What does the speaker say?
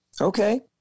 Okay